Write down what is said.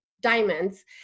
diamonds